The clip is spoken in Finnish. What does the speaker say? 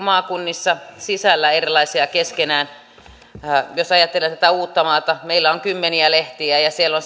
maakunnissa erilaisia keskenään jos ajattelen tätä uuttamaata niin meillä on kymmeniä lehtiä ja kun siellä